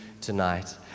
tonight